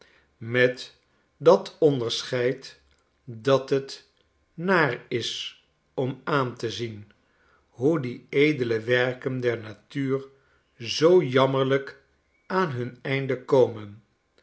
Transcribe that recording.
met dat onderscheid dat het naar is om aan te zien hoe die edele werken der natuur zoo jammerhjk aan hun einde komen